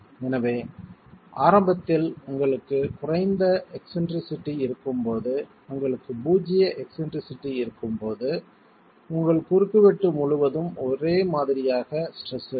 எனவே ஆரம்பத்தில் உங்களுக்கு குறைந்த எக்ஸ்ன்ட்ரிசிட்டி இருக்கும்போது உங்களுக்கு பூஜ்ஜிய எக்ஸ்ன்ட்ரிசிட்டி இருக்கும்போது உங்கள் குறுக்குவெட்டு முழுவதும் ஒரே மாதிரியாக ஸ்ட்ரெஸ் இருக்கும்